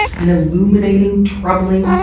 an illuminating, troubling,